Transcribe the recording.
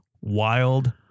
wild